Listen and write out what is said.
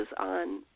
on